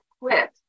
quit